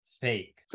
fake